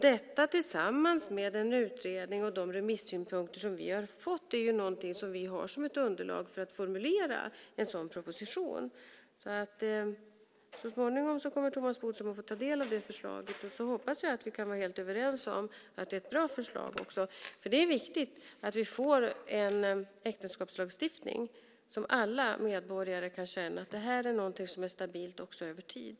Detta tillsammans med utredningen och de remissynpunkter som vi har fått har vi som ett underlag för att formulera en sådan proposition. Så småningom kommer Thomas Bodström att få ta del av det förslaget, och jag hoppas då att vi kan vara helt överens om att det är ett bra förslag. Det är viktigt att vi får en äktenskapslagstiftning som alla medborgare kan känna är någonting som är stabilt också över tid.